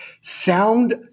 Sound